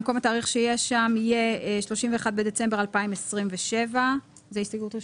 במקום התאריך שיהיה שם יהיה 31 בדצמבר 2027. זו הסתייגות ראשונה.